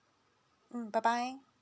mm bye bye